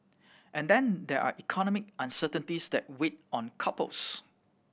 and then there are economic uncertainties that weigh on couples